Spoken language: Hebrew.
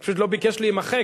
פשוט לא ביקש להימחק,